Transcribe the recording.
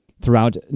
Throughout